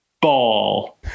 Ball